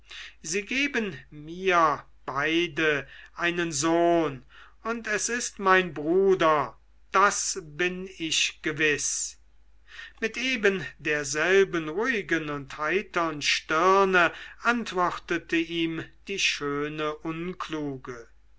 sie geben mir beide einen sohn und es ist mein bruder das bin ich gewiß mit ebenderselben ruhigen und heitern stirne antwortete ihm die schöne